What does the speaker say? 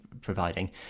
providing